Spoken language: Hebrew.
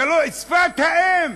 שפת האם,